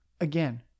Again